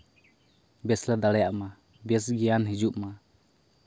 ᱵᱮᱥᱞᱮ ᱫᱟᱲᱮᱭᱟᱜ ᱢᱟ ᱵᱮᱥ ᱜᱮᱭᱟᱱ ᱦᱤᱡᱩᱜᱼᱢᱟ